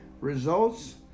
Results